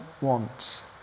want